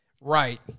Right